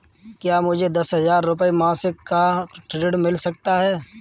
क्या मुझे दस हजार रुपये मासिक का ऋण मिल सकता है?